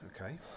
Okay